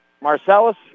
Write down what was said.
Marcellus